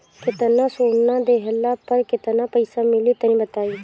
केतना सोना देहला पर केतना पईसा मिली तनि बताई?